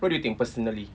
what do you think personally